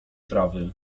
trawy